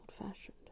old-fashioned